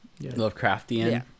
lovecraftian